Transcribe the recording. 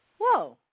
whoa